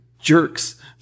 jerks